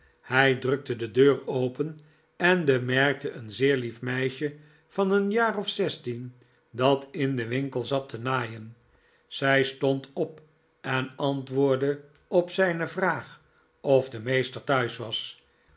hij drukte de deur open en bemerkte een zeer lief meisje van een jaar of zestien dat in den winkelzat tenaaien zij stond op en antwoordde op zijne vraag of de meester thuis was